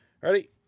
Ready